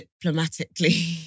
diplomatically